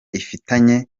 ifitanye